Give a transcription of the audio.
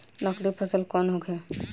नकदी फसल कौन कौनहोखे?